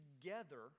together